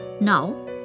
Now